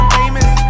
famous